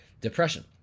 Depression